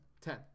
Ten